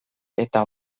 eta